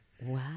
Wow